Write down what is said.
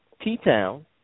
T-Town